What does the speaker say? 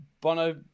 Bono